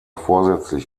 vorsätzlich